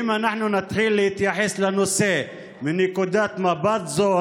אם אנחנו נתחיל להתייחס לנושא מנקודת מבט זו,